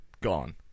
gone